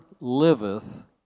liveth